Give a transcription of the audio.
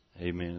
amen